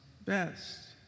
best